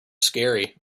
scary